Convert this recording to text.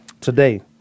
today